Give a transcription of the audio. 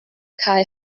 cae